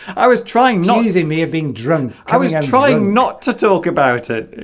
i was trying no using me of being drunk i was trying not to talk about it